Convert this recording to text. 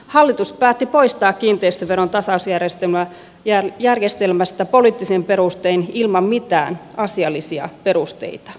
hallitus päätti poistaa kiinteistöveron tasausjärjestelmästä poliittisin perustein ilman mitään asiallisia perusteita